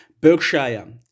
Berkshire